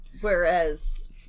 Whereas